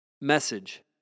Message